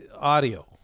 audio